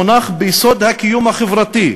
"מונח ביסוד הקיום החברתי",